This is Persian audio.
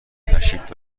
تشریف